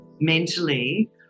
mentally